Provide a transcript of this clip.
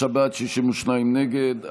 55 בעד, 62 נגד.